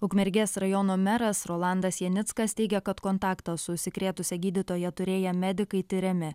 ukmergės rajono meras rolandas janickas teigė kad kontaktą su užsikrėtusia gydytoja turėję medikai tiriami